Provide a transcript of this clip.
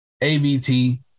ABT